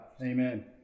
Amen